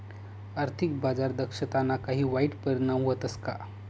आर्थिक बाजार दक्षताना काही वाईट परिणाम व्हतस का